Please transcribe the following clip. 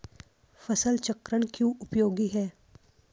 फसल चक्रण क्यों उपयोगी है?